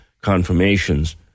confirmations